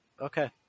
okay